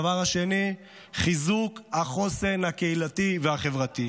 הדבר השני, חיזוק החוסן הקהילתי והחברתי.